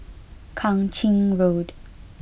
Kang Ching Road